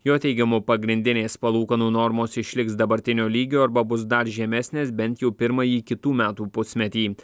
jo teigimu pagrindinės palūkanų normos išliks dabartinio lygio arba bus dar žemesnės bent jau pirmąjį kitų metų pusmetį